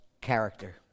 character